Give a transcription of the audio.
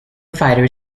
fighter